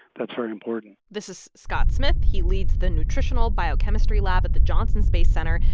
that's very important this is scott smith. he leads the nutritional biochemistry lab at the johnson space center.